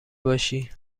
باشی